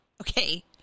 Okay